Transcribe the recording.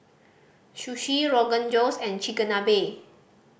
Sushi Rogan Josh and Chigenabe